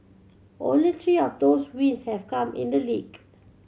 only three of those wins have come in the league